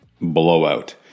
blowout